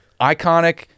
iconic